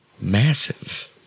massive